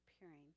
appearing